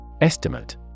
Estimate